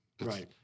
Right